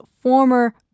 former